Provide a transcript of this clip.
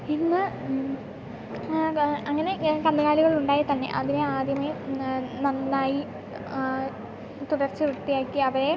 ഇന്ന് അങ്ങനെ അങ്ങനെ കന്നുകാലികൾ ഉണ്ടായാൽ തന്നെ അതിനെ ആദ്യമേ നന്നായി തുടച്ചു വൃത്തിയാക്കി അവയെ